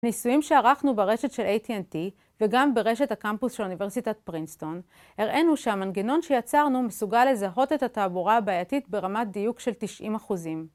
ניסויים שערכנו ברשת של AT&T, וגם ברשת הקמפוס של אוניברסיטת פרינסטון, הראינו שהמנגנון שיצרנו מסוגל לזהות את התעבורה הבעייתית ברמת דיוק של 90%.